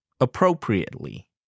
appropriately